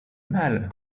mal